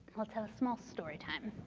i'll tell a small story time.